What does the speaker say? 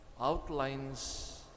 outlines